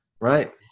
Right